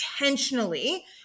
intentionally